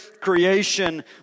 creation